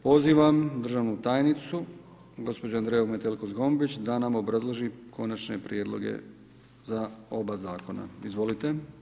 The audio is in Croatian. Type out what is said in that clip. Pozivam državnu tajnicu, gospođu Andreju Metelko Zgombić da nam obrazloži konačne prijedloge za oba zakona, izvolite.